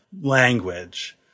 language